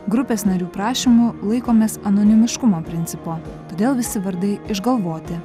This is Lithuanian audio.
grupės narių prašymu laikomės anonimiškumo principo todėl visi vardai išgalvoti